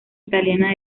italiana